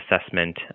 assessment